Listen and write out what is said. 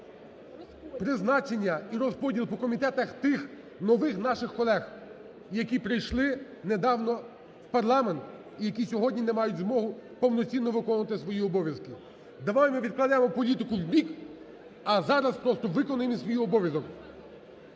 призначення і розподіл по комітетах тих нових наших колег, які прийшли недавно у парламент і які сьогодні не мають змогу повноцінно виконувати свої обов'язки. Давайте ми відкладемо політику у бік, а зараз просто виконаємо свій обов'язок